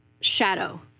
shadow